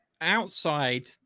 outside